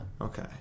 Okay